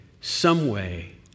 someway